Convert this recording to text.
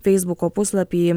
feisbuko puslapį